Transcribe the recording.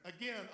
Again